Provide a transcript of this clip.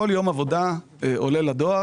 אני רואה בזה אקט נורא ואיום.